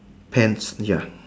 pants ya